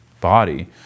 body